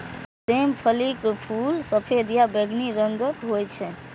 सेम फलीक फूल सफेद या बैंगनी रंगक होइ छै